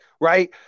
right